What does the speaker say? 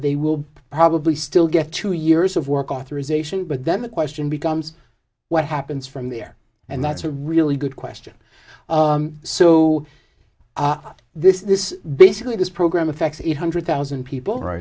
they will probably still get two years of work authorization but then the question becomes what happens from there and that's a really good question so this is this basically this program affects it hundred thousand people